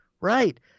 right